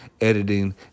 editing